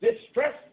Distress